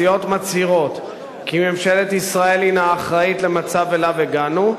הסיעות מצהירות כי ממשלת ישראל הינה אחראית למצב שאליו הגענו,